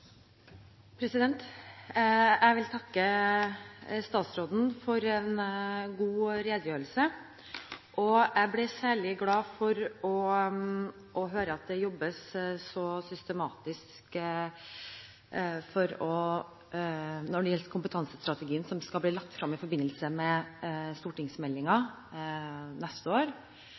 er. Jeg vil takke statsråden for en god redegjørelse. Jeg ble særlig glad for å høre at det jobbes så systematisk når det gjelder kompetansestrategien som skal legges frem i forbindelse med stortingsmeldingen neste år.